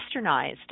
westernized